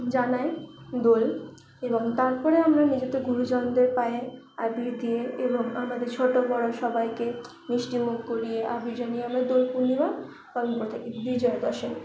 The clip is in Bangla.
জানাই দোল এবং তারপরে আমরা নিজেদের গুরুজনদের পায়ে আবির দিয়ে এবং আমাদের ছোট বড় সবাইকে মিষ্টিমুখ করিয়ে আদর জানিয়ে আমরা দোল পূর্ণিমা পালন করে থাকি বিজয়া দশমী